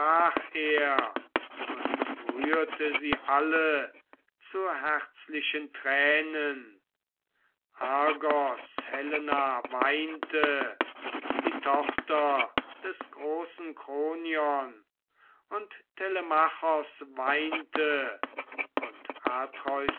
und rührte sie alle zu herzlichen tränen argos helena weinte die tochter des großen kronion und telemachos weinte und